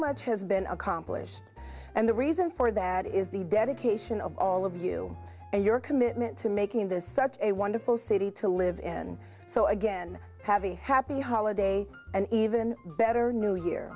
much has been accomplished and the reason for that is the dedication of all of you and your commitment to making this such a wonderful city to live and so again have a happy holiday and even better new year